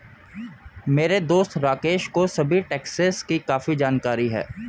मेरे दोस्त राकेश को सभी टैक्सेस की काफी जानकारी है